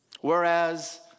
Whereas